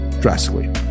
drastically